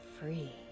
free